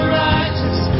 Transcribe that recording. righteous